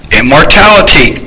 immortality